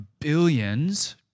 billions